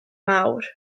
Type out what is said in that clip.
mawr